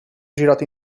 girato